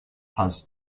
has